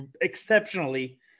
exceptionally